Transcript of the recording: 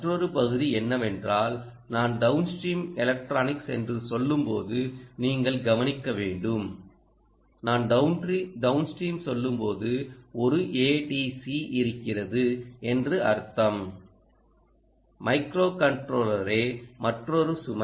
மற்றொரு பகுதி என்னவென்றால் நான் டவுன்ஸ்டிரீம் எலக்ட்ரானிக்ஸ் என்று சொல்லும்போது நீங்கள் கவனிக்க வேண்டும் நான் டவுன்ஸ்டிரீம் சொல்லும்போது ஒரு ஏடிசி இருக்கிறது என்று அர்த்தம் மைக்ரோ கன்ட்ரோலரே மற்றொரு சுமை